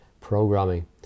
programming